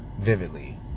vividly